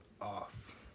off